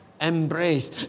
Embrace